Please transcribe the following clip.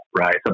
right